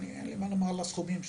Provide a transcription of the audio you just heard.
אין לי מה לומר על הסכומים.